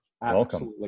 Welcome